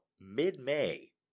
mid-May